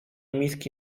miski